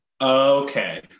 Okay